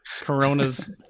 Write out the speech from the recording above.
Corona's